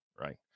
right